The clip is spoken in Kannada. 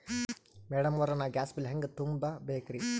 ಮೆಡಂ ಅವ್ರ, ನಾ ಗ್ಯಾಸ್ ಬಿಲ್ ಹೆಂಗ ತುಂಬಾ ಬೇಕ್ರಿ?